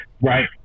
Right